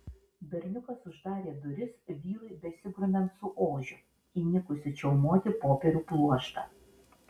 berniukas uždarė duris vyrui besigrumiant su ožiu įnikusiu čiaumoti popierių pluoštą